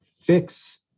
fix